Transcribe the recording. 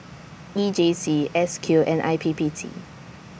E J C S Q and I P P T